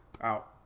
out